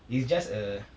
it's just a